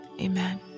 amen